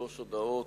שלוש הודעות,